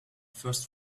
first